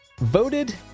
voted